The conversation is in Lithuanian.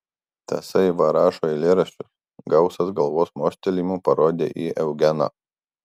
tasai va rašo eilėraščius gausas galvos mostelėjimu parodė į eugeną